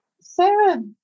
Sarah